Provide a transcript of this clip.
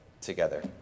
together